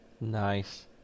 Nice